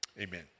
Amen